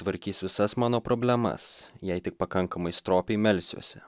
tvarkys visas mano problemas jei tik pakankamai stropiai melsiuosi